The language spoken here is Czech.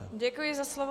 Děkuji za slovo.